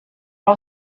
are